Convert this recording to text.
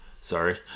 sorry